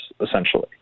essentially